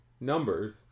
numbers